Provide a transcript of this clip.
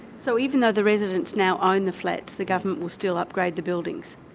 so even though the residents now own the flats, the government will still upgrade the buildings?